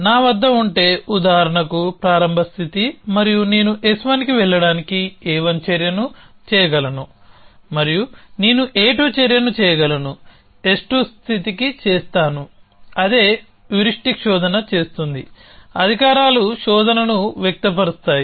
నా వద్ద ఉంటేఉదాహరణకు ప్రారంభ స్థితి మరియు నేను S1కి వెళ్లడానికి A1 చర్యను చేయగలను మరియు నేను A2 చర్యను చేయగలను S2 స్థితికి చేస్తాను అదే హ్యూరిస్టిక్ శోధన చేస్తుంది అధికారాలు శోధనను వ్యక్తపరుస్తాయి